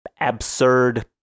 absurd